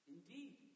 Indeed